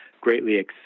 greatly